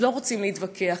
אז לא רוצים להתווכח,